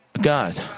God